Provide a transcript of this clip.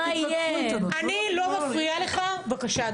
אני לא מפריעה לך, בבקשה.